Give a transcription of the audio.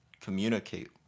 communicate